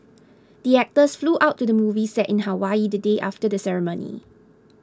the actors flew out to the movie set in Hawaii the day after the ceremony